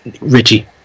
Richie